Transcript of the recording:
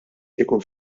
ikun